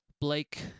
Blake